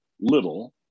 little